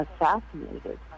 assassinated